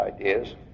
ideas